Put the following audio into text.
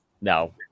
no